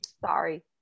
Sorry